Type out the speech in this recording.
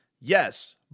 yes